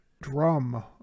drum